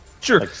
Sure